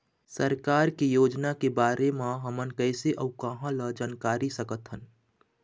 सरकार के योजना के बारे म हमन कैसे अऊ कहां ल जानकारी सकथन?